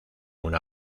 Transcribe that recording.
una